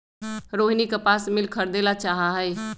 रोहिनी कपास मिल खरीदे ला चाहा हई